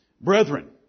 Brethren